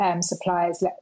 suppliers